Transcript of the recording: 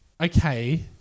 okay